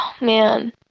man